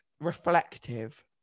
reflective